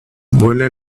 vuela